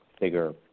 bigger